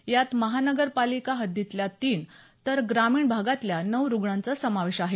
यात महानगरपालिका हद्दीतल्या तीन तर ग्रामीण भागातल्या नऊ रुग्णांचा समावेश आहे